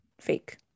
fake